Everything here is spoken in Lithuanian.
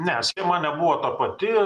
ne schema nebuvo ta pati